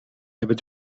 hebben